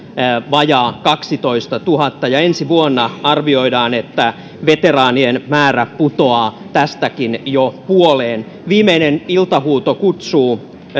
vajaa kaksitoistatuhatta ja arvioidaan että ensi vuonna veteraanien määrä putoaa tästäkin jo puoleen viimeinen iltahuuto kutsuu